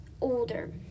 older